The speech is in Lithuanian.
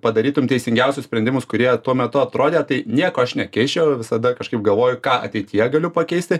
padarytum teisingiausius sprendimus kurie tuo metu atrodė tai nieko aš nekeisčiau visada kažkaip galvoju ką ateityje galiu pakeisti